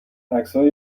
عکسای